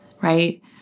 right